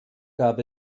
gab